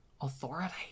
authority